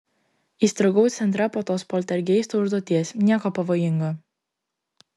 įstrigau centre po tos poltergeisto užduoties nieko pavojingo